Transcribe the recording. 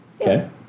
Okay